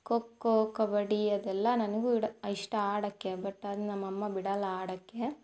ಕೊಕ್ಕೋ ಕಬಡ್ಡಿ ಅದೆಲ್ಲ ನನಗೂ ಇಡ ಇಷ್ಟ ಆಡೋಕ್ಕೆ ಬಟ್ ಅದು ನಮ್ಮ ಅಮ್ಮ ಬಿಡೋಲ್ಲ ಆಡೋಕ್ಕೆ